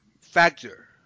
factor